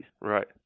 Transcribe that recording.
Right